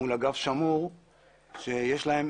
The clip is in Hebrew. והאגף השני הוא שמור ויש להם